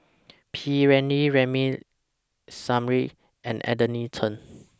P Ramlee Ramli Sarip and Anthony Chen